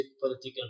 political